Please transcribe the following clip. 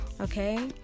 Okay